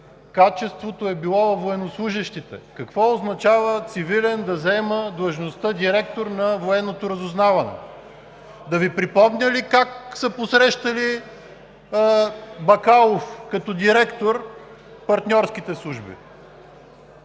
качеството е било във военнослужещите. Какво означава цивилен да заема длъжността „директор“ на Военното разузнаване? Да Ви припомня ли как са посрещали партньорските служби